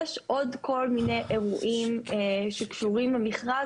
יש עוד כל מיני אירועים שקשורים למכרז,